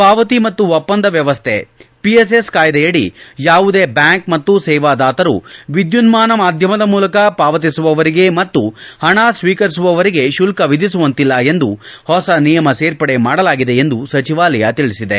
ಪಾವತಿ ಮತ್ತು ಒಪ್ಪಂದ ವ್ಲವಸ್ಥೆ ಪಿಎಸ್ಎಸ್ ಕಾಯ್ದೆಯಡಿ ಯಾವುದೇ ಬ್ಲಾಂಕ್ ಮತ್ತು ಸೇವಾದಾತರು ವಿದ್ಯುನ್ಗಾನ ಮಾಧ್ಯಮದ ಮೂಲಕ ಪಾವತಿಸುವವರಿಗೆ ಮತ್ತು ಹಣ ಸ್ತೀಕರಿಸುವವರಿಗೆ ಶುಲ್ತ ವಿಧಿಸುವಂತಿಲ್ಲ ಎಂದು ಹೊಸ ನಿಯಮ ಸೇರ್ಪಡೆ ಮಾಡಲಾಗಿದೆ ಎಂದು ಸಚಿವಾಲಯ ತಿಳಿಸಿದೆ